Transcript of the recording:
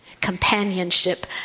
Companionship